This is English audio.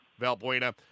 Valbuena